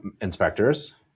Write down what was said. inspectors